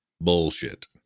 Bullshit